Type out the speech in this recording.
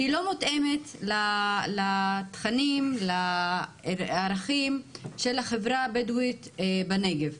שהיא לא מותאמת לתכנים ולערכים של החברה הבדואית בנגב.